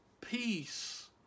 peace